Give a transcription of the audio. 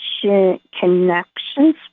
connections